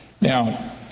Now